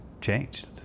changed